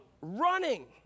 Running